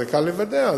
וקל לוודא,